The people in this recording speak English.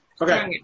Okay